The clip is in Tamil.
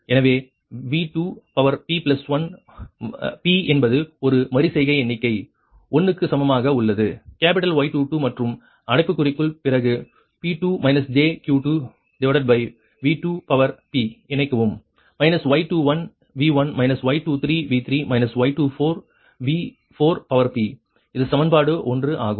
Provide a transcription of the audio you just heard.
எனவே V2p1 வலது p என்பது ஒரு மறு செய்கை எண்ணிக்கை 1 க்கு சமமாக உள்ளது கேப்பிட்டல் Y22 மற்றும் அடைப்புக்குறிக்குள் பிறகு V2p இணைக்கவும் Y21V1 Y23V3 Y24V4p இது சமன்பாடு 1 ஆகும்